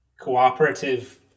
cooperative